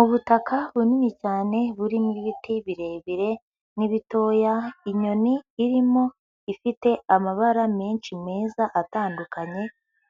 Ubutaka bunini cyane burimo ibiti birebire n'ibitoya, inyoni irimo ifite amabara menshi meza atandukanye,